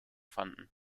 fanden